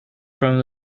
from